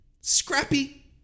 Scrappy